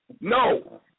No